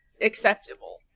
acceptable